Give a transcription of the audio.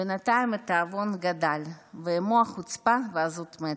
בינתיים התיאבון גדל, ועימו, החוצפה ועזות המצח.